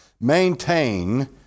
maintain